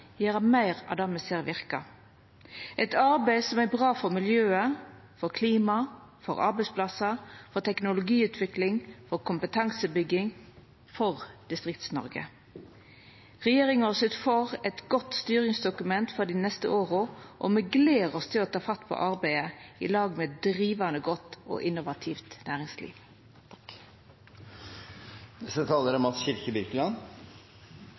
gjera meir av det me ser verkar – eit arbeid som er bra for miljø, for klima, for arbeidsplassar, for teknologiutvikling, for kompetansebygging og for Distrikts-Noreg. Regjeringa har sytt for eit godt styringsdokument for dei neste åra, og me gleder oss til å ta fatt på arbeidet i lag med eit drivande godt og innovativt næringsliv. Anklagene om at Høyres politikk bidrar til en brutalisering av arbeidslivet er